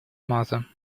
mother